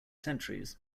centuries